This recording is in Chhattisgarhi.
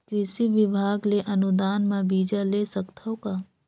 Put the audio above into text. कृषि विभाग ले अनुदान म बीजा ले सकथव का?